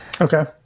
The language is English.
okay